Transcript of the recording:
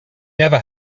never